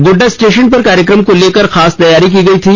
Godda station पर कार्यक्रम को लेकर खास तैयारी की गई थी